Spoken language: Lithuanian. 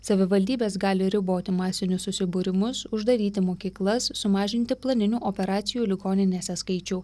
savivaldybės gali riboti masinius susibūrimus uždaryti mokyklas sumažinti planinių operacijų ligoninėse skaičių